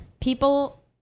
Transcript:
people